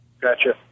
Gotcha